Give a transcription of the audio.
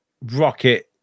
rocket